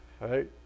Right